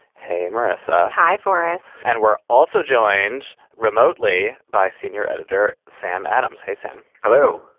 hey, marissa. hi, forest. and we're also joined remotely by senior editor sam adams. hey, sam. hello.